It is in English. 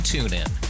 TuneIn